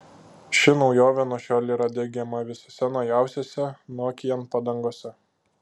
ši naujovė nuo šiol yra diegiama visose naujausiose nokian padangose